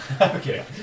Okay